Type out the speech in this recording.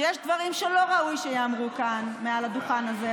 שיש דברים שלא ראוי שייאמרו כאן מעל הדוכן הזה,